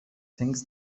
things